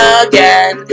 again